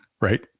right